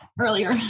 earlier